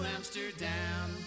Amsterdam